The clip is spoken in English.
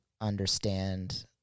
understand